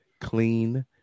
clean